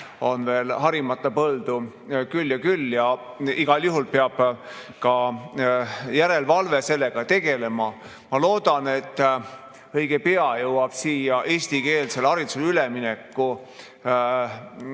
on veel harimata põldu küll ja küll, ja igal juhul peab ka järelevalve sellega tegelema. Ma loodan, et õige pea jõuab siia eestikeelsele haridusele ülemineku